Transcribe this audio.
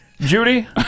Judy